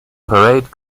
parade